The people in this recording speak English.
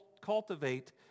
cultivate